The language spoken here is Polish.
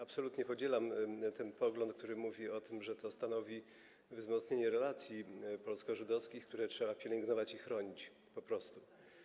Absolutnie podzielam pogląd, który mówi o tym, że to stanowi wzmocnienie relacji polsko-żydowskich, które trzeba pielęgnować i chronić po prostu.